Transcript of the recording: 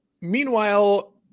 meanwhile